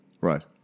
Right